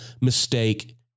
mistake